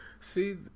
See